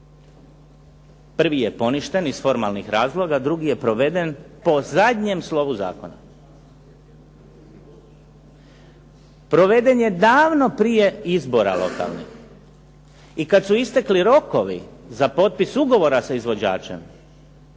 Prvi je poništen iz formalnih razloga, drugi je proveden po zadnjem slovu zakona. Proveden je davno prije izbora lokalnih i kad su istekli rokovi za potpis ugovora sa izvođačem